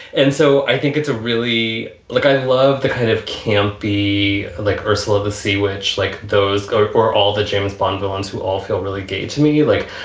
and so i think it's a really. look, i love the kind of campy. like ursula of the sea, which like those go for all the james bond villains who all feel really gay to me. like,